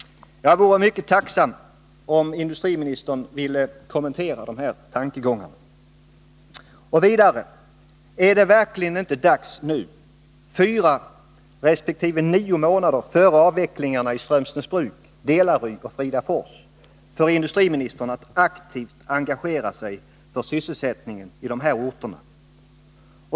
Jag vore mycket tacksam om industriministern ville kommentera de här tankegångarna. Och vidare: Är det verkligen inte dags nu — fyra resp. nio månader före avvecklingarna i Strömsnäsbruk, Delary och Fridafors — för industriminis Nr 50 tern att aktivt engagera sig för sysselsättningen i de här orterna?